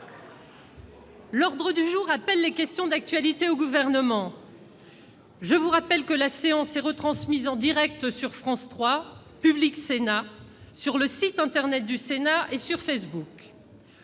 L'ordre du jour appelle les réponses à des questions d'actualité au Gouvernement. Je vous rappelle que la séance est retransmise en direct sur France 3, sur Public Sénat, sur le site internet du Sénat et sur Facebook.